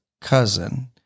cousin